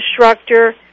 instructor